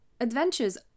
Adventures